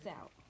out